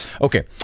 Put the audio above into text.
Okay